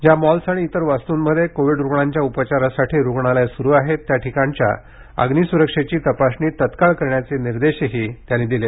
ज्या मॉल्स किंवा इतर वास्त्मधे कोविड रुग्णांच्या उपचारासाठी रुग्णालयं सुरु आहेत त्या ठिकाणच्या अग्नीस्रक्षेची तपासणी तात्काळ करण्याचे निर्देशही त्यांनी दिले